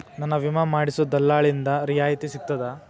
ನನ್ನ ವಿಮಾ ಮಾಡಿಸೊ ದಲ್ಲಾಳಿಂದ ರಿಯಾಯಿತಿ ಸಿಗ್ತದಾ?